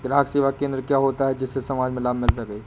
ग्राहक सेवा केंद्र क्या होता है जिससे समाज में लाभ मिल सके?